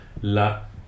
la